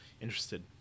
interested